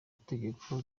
tegeko